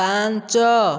ପାଞ୍ଚ